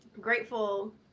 Grateful